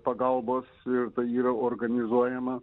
pagalbos ir tai yra organizuojama